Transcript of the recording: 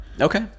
Okay